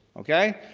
okay?